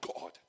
God